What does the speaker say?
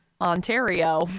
Ontario